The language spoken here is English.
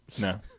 no